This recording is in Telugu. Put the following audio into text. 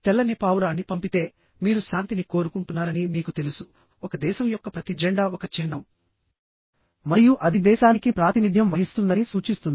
తెల్లని పావురాన్ని పంపితే మీరు శాంతిని కోరుకుంటున్నారని మీకు తెలుసు ఒక దేశం యొక్క ప్రతి జెండా ఒక చిహ్నం మరియు అది దేశానికి ప్రాతినిధ్యం వహిస్తుందని సూచిస్తుంది